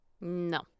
no